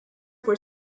were